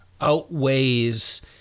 outweighs